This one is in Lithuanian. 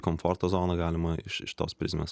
komforto zoną galima iš tos prizmės